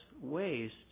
waste